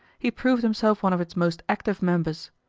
he proved himself one of its most active members.